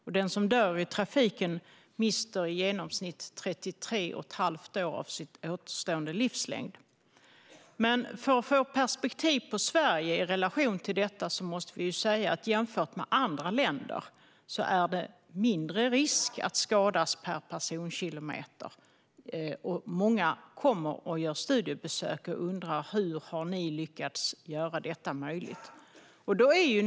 Den som dör i trafiken mister i genomsnitt 33 1⁄2 år av sin återstående livslängd. För att få perspektiv på Sverige i relation till detta måste vi säga att jämfört med andra länder är det mindre risk att skadas här per personkilometer. Många kommer och gör studiebesök i Sverige och undrar: Hur har ni lyckats göra detta möjligt?